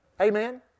Amen